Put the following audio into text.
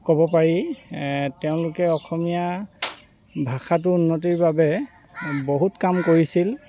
ক'ব পাৰি তেওঁলোকে অসমীয়া ভাষাটোৰ উন্নতিৰ বাবে বহুত কাম কৰিছিল